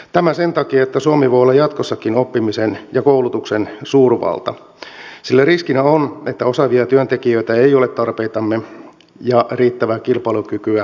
tämä sen takia että suomi voi olla jatkossakin oppimisen ja koulutuksen suurvalta sillä riskinä on että osaavia työntekijöitä ei ole tarpeitamme ja riittävää kilpailukykyä vastaavasti